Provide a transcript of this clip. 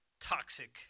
toxic